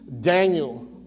Daniel